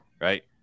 right